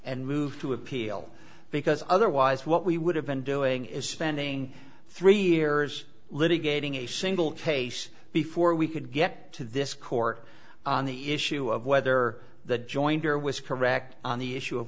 and move to appeal because otherwise what we would have been doing is spending three years litigating a single case before we could get to this court on the issue of whether the jointer was correct on the issue of